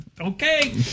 Okay